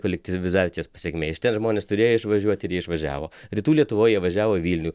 kolektyvizacijos pasekmė šitie žmonės turėjo išvažiuot ir jie išvažiavo rytų lietuvoj jie važiavo į vilnių